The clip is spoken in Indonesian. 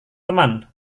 teman